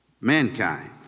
mankind